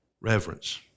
Reverence